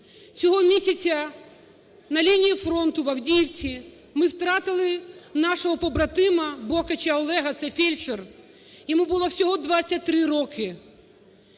Цього місяця на лінії фронту в Авдіївці ми втратили нашого побратима Бокача Олега, це фельдшер, йому було всього 23 роки.